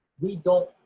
we don't